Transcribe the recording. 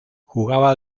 jugaba